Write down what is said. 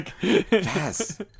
yes